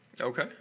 Okay